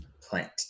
plant